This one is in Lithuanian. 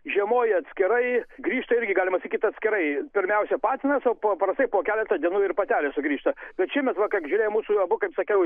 žiemoja atskirai grįžta irgi galima sakyt atskirai pirmiausia patinas o paprastai po keleto dienų ir patelė sugrįžta bet šiemet va žiūrėjau mūsų abu kaip sakiau